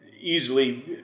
easily